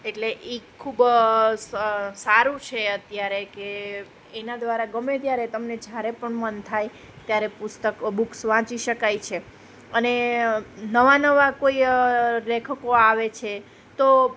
એટલે એ ખૂબ સ અ સારું છે અત્યારે કે એના દ્વારા ગમે ત્યારે તમને જ્યારે પણ મન થાય ત્યારે પુસ્તકો બુક્સ વાંચી શકાય છે અને નવા નવા કોઈ લેખકો આવે છે તો